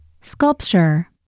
Sculpture